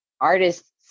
artists